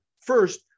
first